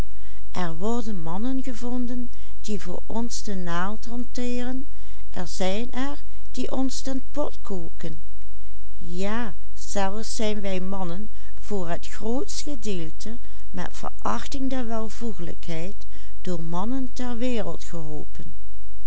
er zijn er die ons den pot koken ja zelfs zijn wij mannen voor het grootste gedeelte met verachting der welvoegelijkheid door mannen ter wereld